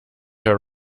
her